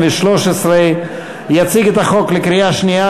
התשע"ג 2013. יציג את הצעת החוק לקריאה שנייה